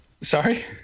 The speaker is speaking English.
Sorry